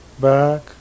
back